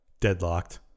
Deadlocked